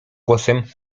głosem